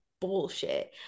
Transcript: bullshit